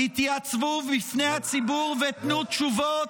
התייצבו בפני הציבור ותנו תשובות.